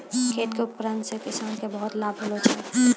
खेत उपकरण से किसान के बहुत लाभ होलो छै